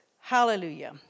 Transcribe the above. Hallelujah